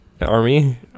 Army